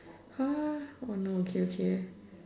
!huh! oh no okay okay